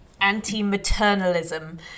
anti-maternalism